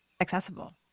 accessible